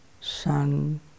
sun